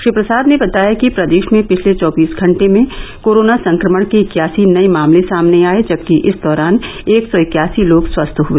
श्री प्रसाद ने बताया कि प्रदेश में पिछले चौबीस घंटे में कोरोना संक्रमण के इक्यासी नये मामले सामने आये जबकि इस दौरान एक सौ इक्यासी लोग स्वस्थ हए